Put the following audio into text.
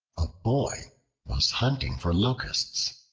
a boy was hunting for locusts.